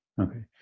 Okay